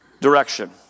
direction